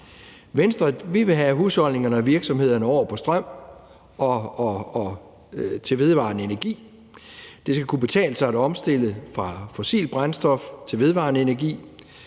Venstre vil have husholdningerne og virksomhederne over på strøm og vedvarende energi. Det skal kunne betale sig at omstille fra fossilt brændstof til vedvarende energi,